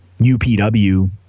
UPW